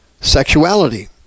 sexuality